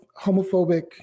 homophobic